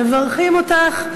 מברכים אותך,